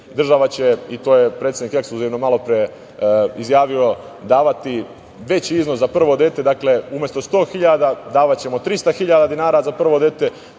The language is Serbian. Država će, i to je predsednik ekskluzivno malo pre izjavio, davati veći iznos za prvo dete, umesto 100 hiljada davaćemo 300 hiljada dinara za prvo dete.